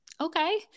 Okay